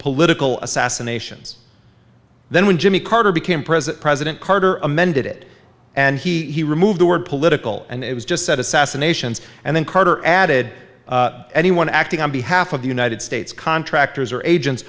political assassinations then when jimmy carter became president president carter amended it and he removed the word political and it was just said assassinations and then carter added anyone acting on behalf of the united states contractors or agents